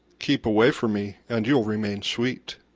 keep away from me and you'll remain sweet.